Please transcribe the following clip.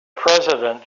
president